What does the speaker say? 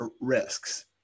risks